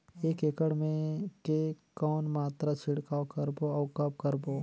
एक एकड़ मे के कौन मात्रा छिड़काव करबो अउ कब करबो?